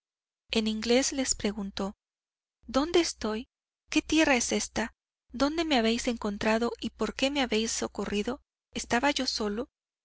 en inglés les preguntó dónde estoy qué tierra es esta dónde me habéis encontrado y por qué me habéis socorrido estaba yo solo